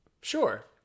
Sure